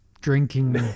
drinking